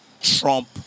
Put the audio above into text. Trump